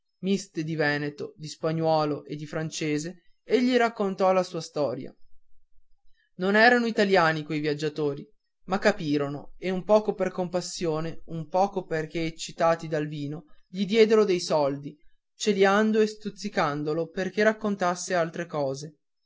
miste di veneto di spagnuolo e di francese egli raccontò la sua storia non erano italiani quei tre viaggiatori ma capirono e un poco per compassione un poco perché eccitati dal vino gli diedero dei soldi celiando e stuzzicandolo perché raccontasse altre cose